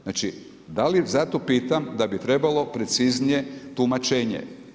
Znači, da li zato pitam da bi trebalo preciznije tumačenje.